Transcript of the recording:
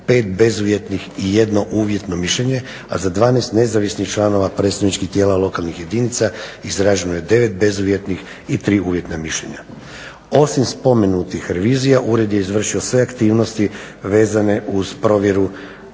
5 bezuvjetnih i 1 uvjetno mišljenje, a za 12 nezavisnih članova predstavničkih tijela lokalnih jedinica izraženo je 9 bezuvjetnih i 3 uvjetna mišljenja. Osim spomenutih revizija ured je izvršio sve aktivnosti vezane uz provjeru